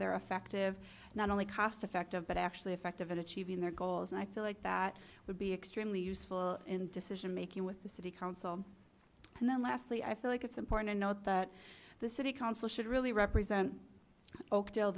they are effective not only cost effective but actually effective in achieving their goals and i feel like that would be extremely useful in decision making with the city council and then lastly i feel like it's important to note that the city council should really represent oakdale